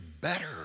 better